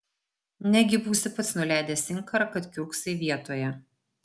negi būsi pats nuleidęs inkarą kad kiurksai vietoje